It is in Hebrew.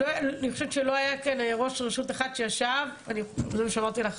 אני חושבת שלא היה כאן אירוע של רשות אחת שישב ולא אמר לי,